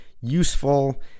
useful